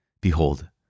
Behold